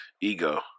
Ego